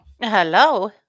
Hello